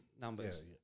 numbers